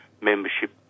membership